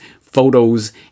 photos